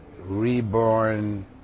reborn